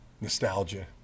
nostalgia